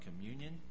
communion